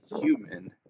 human